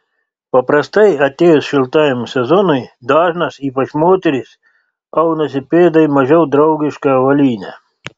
paprastai atėjus šiltajam sezonui dažnas ypač moterys aunasi pėdai mažiau draugišką avalynę